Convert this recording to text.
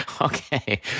Okay